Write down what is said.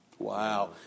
Wow